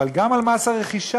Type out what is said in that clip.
אבל גם על מס הרכישה,